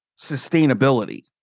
sustainability